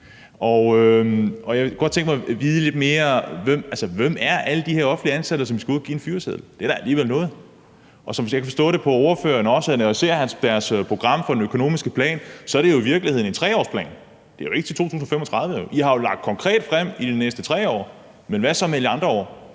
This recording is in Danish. Jeg kunne godt tænke mig at vide: Hvem er alle de her offentligt ansatte, som vi skal gå ud og give en fyreseddel? Det er da alligevel noget. Og som jeg kan forstå på ordføreren og også, når jeg ser Nye Borgerliges program for deres økonomiske politik, så er der jo virkelig tale om en 3-årsplan. Den går jo ikke til 2035 – I har jo fremlagt en konkret plan for de næste 3 år, men hvad så med alle de andre år?